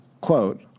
Quote